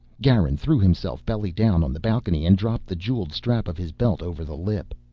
garin threw himself belly down on the balcony and dropped the jeweled strap of his belt over the lip.